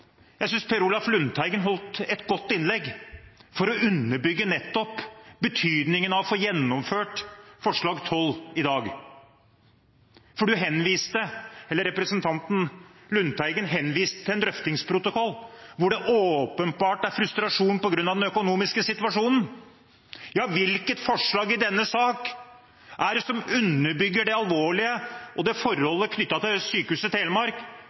12, synes jeg Per Olaf Lundteigen holdt et godt innlegg for å underbygge nettopp betydningen av å få vedtatt forslag nr. 12 i dag. Representanten Lundteigen henviste til en drøftingsprotokoll, hvor det åpenbart er frustrasjon på grunn av den økonomiske situasjonen. Ja, hvilket forslag i denne sak er det som underbygger det alvorlige i det forholdet knyttet til Sykehuset Telemark,